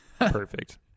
Perfect